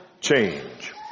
change